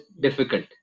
difficult